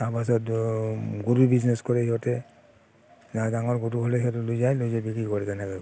তাৰপাছত গৰুৰ বিজনেছ কৰে সিহঁতে ডাঙৰ গৰু হ'লে সিহঁতক লৈ যায় লৈ যাই পেলাই বিক্ৰী কৰে সিহঁতে তেনেকৈ কৰি